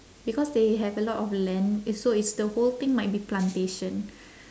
because they have a lot of land it's so it's the whole thing might be plantation